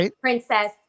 princess